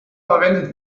verwendet